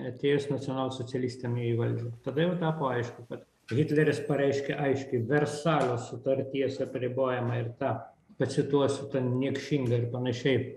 atėjus nacionalsocialistam į valdžią tada jau tapo aišku kad hitleris pareiškė aiškiai versalio sutarties apribojima ir ta pacituosiu ta niekšinga ir panašiai